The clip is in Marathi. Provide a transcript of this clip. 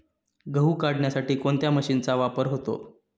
गहू काढण्यासाठी कोणत्या मशीनचा वापर होतो?